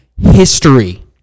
history